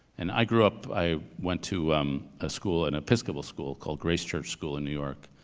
and i grew up, i went to a school, an episcopal school called grace church school in new york.